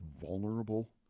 vulnerable